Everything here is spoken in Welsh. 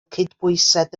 cydbwysedd